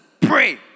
pray